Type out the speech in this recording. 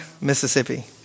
Mississippi